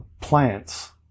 plants